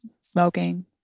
smoking